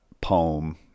poem